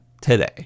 today